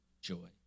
joy